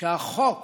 שהחוק